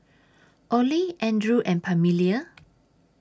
Oley Andrew and Pamelia